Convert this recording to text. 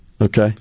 Okay